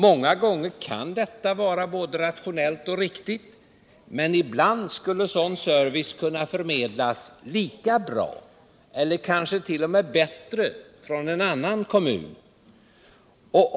Många gånger kan detta vara både rationellt och riktigt, men ibland skulle sådan service kunna förmedlas lika bra eller kanske t.o.m. bättre från en annan kommun.